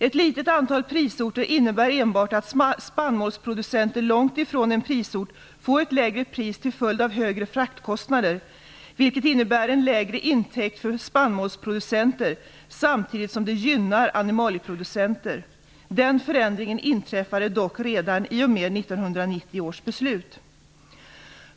Ett litet antal prisorter innebär enbart att spannmålsproducenter långt ifrån en prisort får ett lägre pris till följd av högre fraktkostnader, vilket innebär en lägre intäkt för spannmålsproducenter samtidigt som det gynnar animalieproducenter. Den förändringen inträffade dock redan i och med 1990 års beslut.